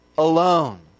Alone